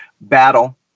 battle